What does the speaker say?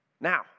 now